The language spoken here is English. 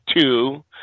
two